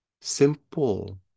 simple